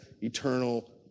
eternal